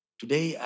today